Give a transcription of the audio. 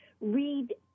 read